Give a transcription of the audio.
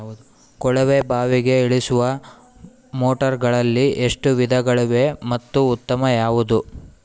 ಕೊಳವೆ ಬಾವಿಗೆ ಇಳಿಸುವ ಮೋಟಾರುಗಳಲ್ಲಿ ಎಷ್ಟು ವಿಧಗಳಿವೆ ಮತ್ತು ಉತ್ತಮ ಯಾವುದು?